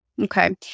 okay